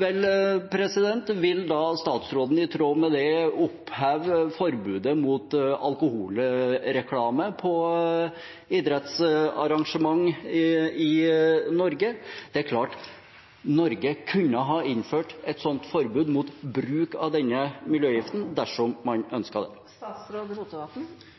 Vil da statsråden i tråd med det oppheve forbudet mot alkoholreklame på idrettsarrangement i Norge? Det er klart at Norge kunne ha innført et sånt forbud mot bruk av denne miljøgiften dersom man